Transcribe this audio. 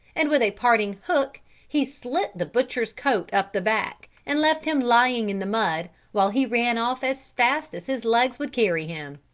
and with a parting hook he slit the butcher's coat up the back and left him lying in the mud, while he ran off as fast as his legs would carry him.